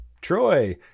troy